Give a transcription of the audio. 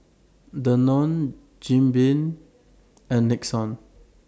Danone Jim Beam and Nixon